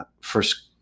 First